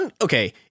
okay